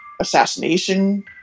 assassination